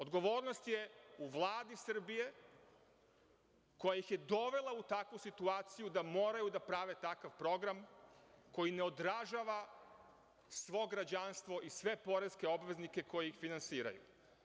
Odgovornost je u Vladi Srbije, koja ih je dovela u takvu situaciju da moraju da prave takav program koji ne odražava svo građanstvo i sve poreske obveznike koji ih finansiraju.